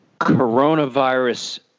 coronavirus